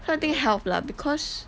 I think health lah because